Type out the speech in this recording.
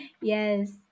Yes